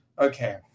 Okay